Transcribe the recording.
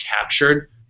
captured